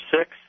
six